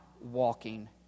walking